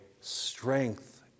strength